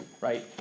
right